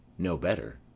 no better.